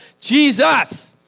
Jesus